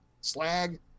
slag